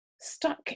stuck